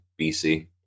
BC